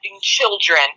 children